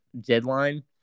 deadline